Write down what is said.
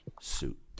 suit